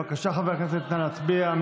בבקשה, חברי הכנסת, נא להצביע.